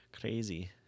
crazy